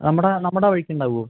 നമ്മുട നമ്മുട വഴിക്ക് ഉണ്ടാവുമോ